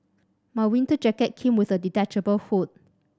my winter jacket came with a detachable hood